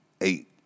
eight